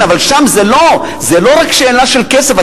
כן, אבל שם זו לא רק שאלה של כסף.